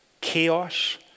chaos